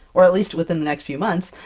or at least within the next few months,